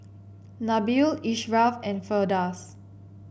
Nabil Ashraff and Firdaus